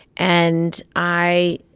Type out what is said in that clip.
and i,